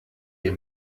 ihr